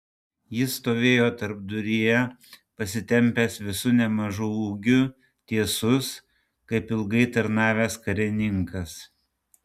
jis stovėjo tarpduryje pasitempęs visu nemažu ūgiu tiesus kaip ilgai tarnavęs karininkas